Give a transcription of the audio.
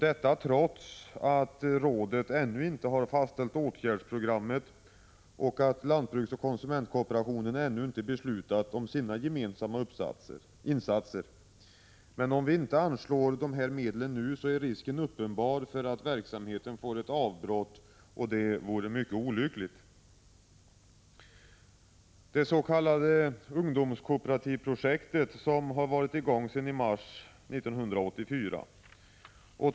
Detta trots att rådet ännu inte fastställt åtgärdsprogrammet och att lantbruksoch konsumentkooperationen inte beslutat om sina gemensamma insatser. Om vi inte anslår dessa medel nu är risken uppenbar för att verksamheten får ett avbrott och försenas, vilket vore mycket olyckligt. Det s.k. ungdomskooperativprojektet har varit i gång sedan i mars 1984.